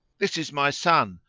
this is my son,